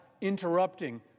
interrupting